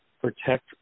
protect